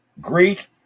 Great